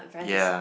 yea